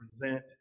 present